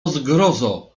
zgrozo